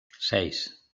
seis